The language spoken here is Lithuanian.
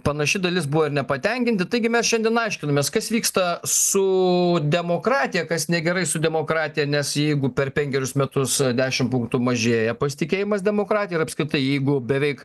panaši dalis buvo ir nepatenkinti taigi mes šiandien aiškinamės kas vyksta su demokratija kas negerai su demokratija nes jeigu per penkerius metus dešim punktų mažėja pasitikėjimas demokratija ir apskritai jeigu beveik